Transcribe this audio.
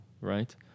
right